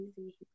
easy